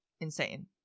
insane